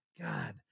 God